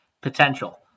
potential